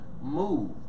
move